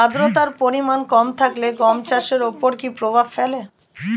আদ্রতার পরিমাণ কম থাকলে গম চাষের ওপর কী প্রভাব ফেলে?